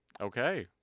Okay